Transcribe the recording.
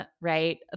right